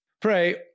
Pray